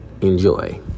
enjoy